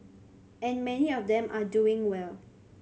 and many of them are doing well